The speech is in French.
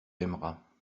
aimeras